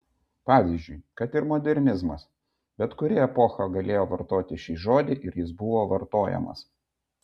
pavyzdžiui kad ir modernizmas bet kuri epocha galėjo vartoti šį žodį ir jis buvo vartojamas